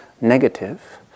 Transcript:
negative